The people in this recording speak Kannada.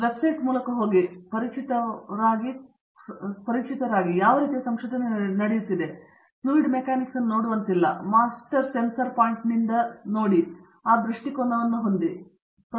ಒಂದು ವೆಬ್ಸೈಟ್ ಮೂಲಕ ಹೋಗಿ ತದನಂತರ ಪರಿಚಿತವಾಗಲು ಕನಿಷ್ಠ ಗ್ಲಾನ್ಸ್ ಇದೆ ಯಾವ ರೀತಿಯ ಸಂಶೋಧನೆ ನಡೆಯುತ್ತಿದೆ ಆದ್ದರಿಂದ ಅವರು ದ್ರವ ಮೆಕ್ಯಾನಿಕ್ನಿಂದ ನೋಡುವಂತಿಲ್ಲ ಅವರು ಮಾಸ್ಟರ್ ಸೆನ್ಸಾರ್ ಪಾಯಿಂಟ್ನ ದೃಷ್ಟಿಕೋನವನ್ನು ನೋಡಬಾರದು ಎಂದು ಅವರು ತಿಳಿದಿದ್ದಾರೆ ಆದರೆ ಈ ತತ್ವಗಳು ಒಳಗೊಂಡಿರುವ ವಿಷಯಗಳ ಬಗ್ಗೆ ನೋಡಿ